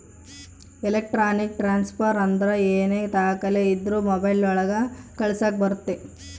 electronic transfer ಅಂದ್ರ ಏನೇ ದಾಖಲೆ ಇದ್ರೂ ಮೊಬೈಲ್ ಒಳಗ ಕಳಿಸಕ್ ಬರುತ್ತೆ